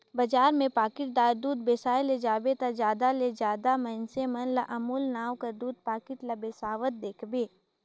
बजार में पाकिटदार दूद बेसाए ले जाबे ता जादा ले जादा मइनसे मन ल अमूल नांव कर दूद पाकिट ल बेसावत देखबे